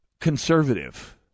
conservative